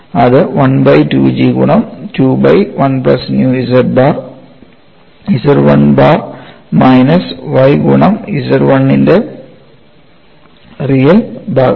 അത് 1 by 2 G ഗുണം 2 by 1 plus nu Z 1 bar minus y ഗുണം Z 1 ന്റെ റിയൽ ഭാഗം